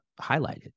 highlighted